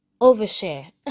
overshare